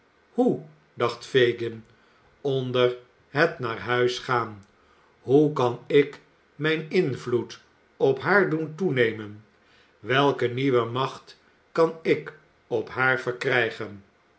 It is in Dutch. hoe dacht fagin onder het naar huis gaan hoe kali ik mijn invloed op haar doen toenemen welke nieuwe macht kan ik op haar verkrijgen